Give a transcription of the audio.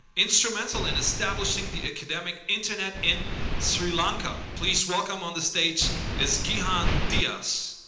instrumental in establishing the academic internet in sri lanka, please welcome on the stage is gihan dias.